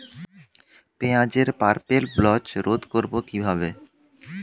পেঁয়াজের purple blotch রোধ করবো কিভাবে?